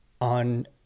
on